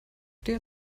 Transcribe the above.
der